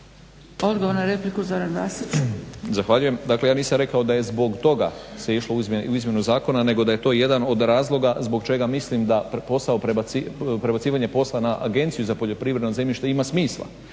Vasić. **Vasić, Zoran (SDP)** Zahvaljujem. Dakle, ja nisam rekao da je zbog toga se išlo u izmjenu zakona, nego da je to jedan od razloga zbog čega mislim da prebacivanje posla na Agenciju za poljoprivredno zemljište ima smisla.